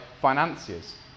financiers